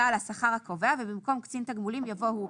על השכר הקובע" ובמקום "קצין התגמולים" יבוא "הוא".